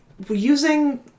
Using